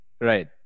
Right